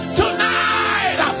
tonight